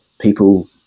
people